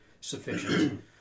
sufficient